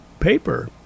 paper